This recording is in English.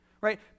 Right